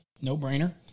No-brainer